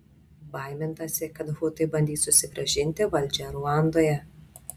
baimintasi kad hutai bandys susigrąžinti valdžią ruandoje